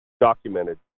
documented